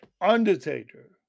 Undertaker